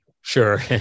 Sure